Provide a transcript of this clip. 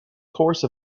course